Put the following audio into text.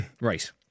Right